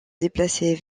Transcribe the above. déplacer